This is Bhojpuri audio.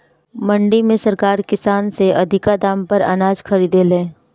मंडी में सरकार किसान से अधिका दाम पर अनाज खरीदे ले